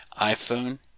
iPhone